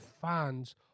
fans